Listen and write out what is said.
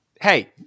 Hey